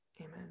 Amen